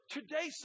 Today